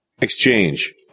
Exchange